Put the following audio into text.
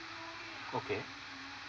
okay